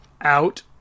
out